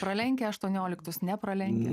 pralenkę aštuonioliktus nepralenkę